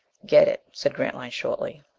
get it, said grantline shortly.